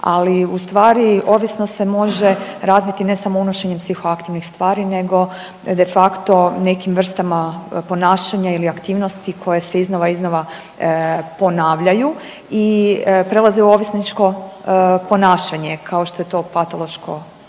ali u stvari ovisnost se može razviti ne samo unošenjem psihoaktivnih tvari nego de facto nekim vrstama ponašanja ili aktivnosti koje se iznova, iznova ponavljaju i prelaze u ovisničko ponašanje kao što je to patološko